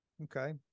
Okay